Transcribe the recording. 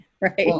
right